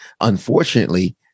unfortunately